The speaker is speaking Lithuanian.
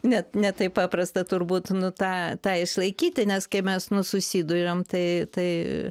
ne ne taip paprasta turbūt nu tą tą išlaikyti nes kai mes nu susiduriam tai tai